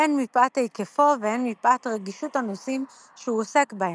הן מפאת היקפו והן מפאת רגישות הנושאים שהוא עוסק בהם.